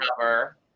cover